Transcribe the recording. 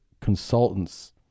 consultants